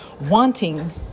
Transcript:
wanting